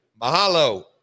Mahalo